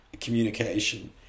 communication